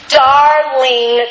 darling